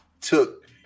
took